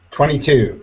Twenty-two